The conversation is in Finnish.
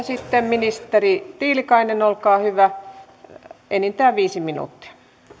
sitten ministeri tiilikainen olkaa hyvä enintään viisi minuuttia